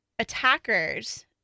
attackers